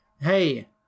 Hey